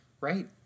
Right